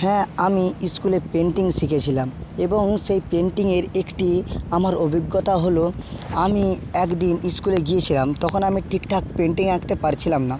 হ্যাঁ আমি স্কুলে পেন্টিং শিখেছিলাম এবং সেই পেন্টিংয়ের একটি আমার অভিজ্ঞতা হলো আমি এক দিন স্কুলে গিয়েছিলাম তখন আমি ঠিকঠাক পেন্টিং আঁকতে পারছিলাম না